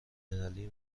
الملی